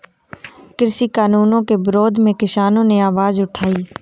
कृषि कानूनों के विरोध में किसानों ने आवाज उठाई